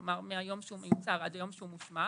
כלומר מהיום שהוא מיוצר עד היום שהוא מושמד,